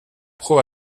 pro